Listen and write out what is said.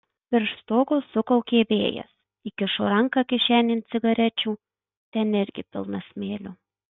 virš stogo sukaukė vėjas įkišo ranką kišenėn cigarečių ten irgi pilna smėlio